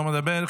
לא מדבר,